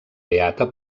beata